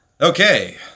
okay